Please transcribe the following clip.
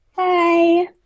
Hi